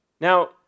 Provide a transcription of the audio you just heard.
Now